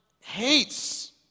hates